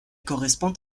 correspond